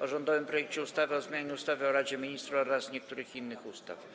o rządowym projekcie ustawy o zmianie ustawy o Radzie Ministrów oraz niektórych innych ustaw.